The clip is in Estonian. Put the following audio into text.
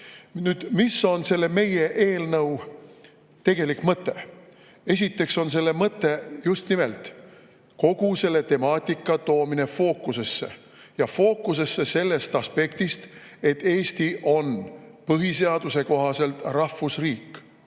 on meie eelnõu tegelik mõte? Esiteks on selle mõte just nimelt kogu selle temaatika toomine fookusesse, ja fookusesse sellest aspektist, et Eesti on põhiseaduse kohaselt rahvusriik.